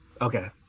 Okay